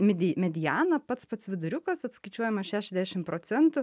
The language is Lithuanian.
midi mediana pats pats viduriukas atskaičiuojama šešiasdešim procentų